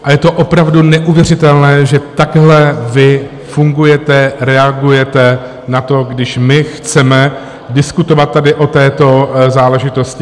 A je to opravdu neuvěřitelné, že takhle vy fungujete, reagujete na to, když my chceme diskutovat tady o této záležitosti.